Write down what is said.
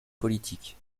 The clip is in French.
politique